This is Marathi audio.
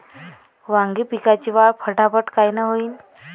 वांगी पिकाची वाढ फटाफट कायनं होईल?